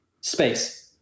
space